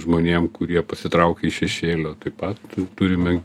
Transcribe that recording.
žmonėm kurie pasitraukė iš šešėlio taip pat turime